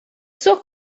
suo